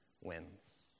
wins